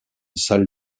salle